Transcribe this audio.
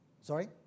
Sorry